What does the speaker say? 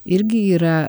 irgi yra